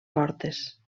portes